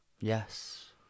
yes